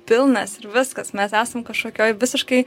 pilnas ir viskas mes esam kažkokioj visiškai